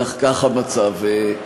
כך המצב.